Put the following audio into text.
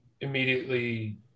immediately